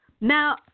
Now